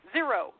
Zero